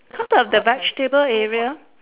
how about the vegetable area